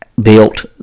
Built